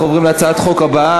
אנחנו עוברים להצעת החוק הבאה,